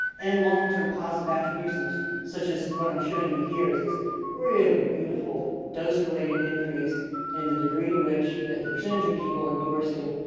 and long term positive attributions. such as what i'm showing you here is this really beautiful dose related increase in the degree to which the percentage of people endorsing,